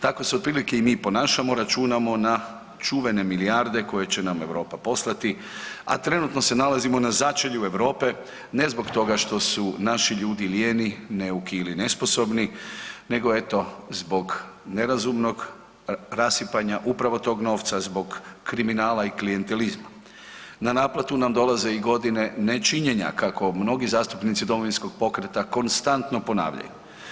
Tako se otprilike i mi ponašamo računamo na čuvene milijarde koje će nam Europa poslati, a trenutno se nalazimo na začelju Europe ne zbog toga što su naši ljudi lijeni, neuki ili nesposobni, nego eto zbog nerazumnog rasipanja upravo tog novca zbog kriminala i klijentelizma na naplatu nam dolaze i godine nečinjena kako mnogi zastupnici Domovinskog pokreta konstantno ponavljaju.